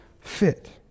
fit